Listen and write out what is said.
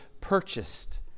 purchased